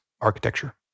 architecture